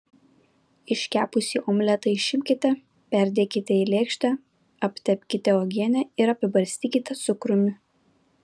iškepusį omletą išimkite perdėkite į lėkštę aptepkite uogiene ir apibarstykite cukrumi